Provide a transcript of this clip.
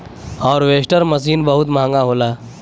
harvester machine बहुत महंगा होला